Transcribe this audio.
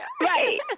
Right